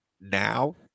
now